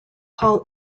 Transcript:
paul